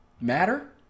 matter